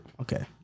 Okay